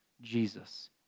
Jesus